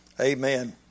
Amen